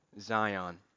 Zion